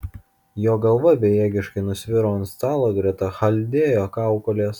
jo galva bejėgiškai nusviro ant stalo greta chaldėjo kaukolės